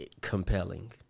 Compelling